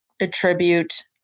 attribute